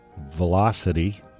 Velocity